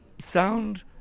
sound